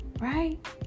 right